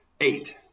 Eight